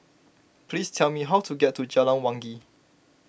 please tell me how to get to Jalan Wangi